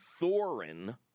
Thorin